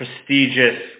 prestigious